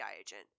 agent